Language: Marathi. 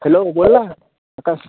हॅलो बोल ना आकाश